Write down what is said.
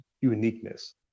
uniqueness